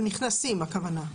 הכוונה לנכנסים?